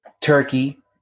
Turkey